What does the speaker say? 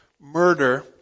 murder